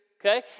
okay